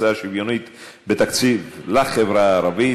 הקצאה שוויונית בתקציב לחברה הערבית),